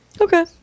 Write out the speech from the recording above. Okay